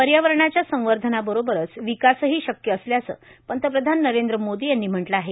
पर्यावरणाच्या संवर्धनाबरोबरचं विकासही शक्य असल्याचं पंतप्रधान नरेंद्र मोदी यांनी म्हटलं आहे